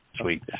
Sweet